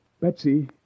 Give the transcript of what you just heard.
Betsy